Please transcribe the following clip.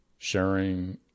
sharing